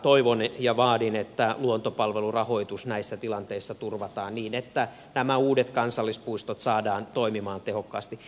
toivon ja vaadin että luontopalvelujen rahoitus näissä tilanteissa turvataan niin että nämä uudet kansallispuistot saadaan toimimaan tehokkaasti